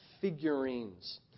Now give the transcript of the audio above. figurines